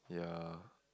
yeah